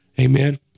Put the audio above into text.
Amen